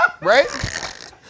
Right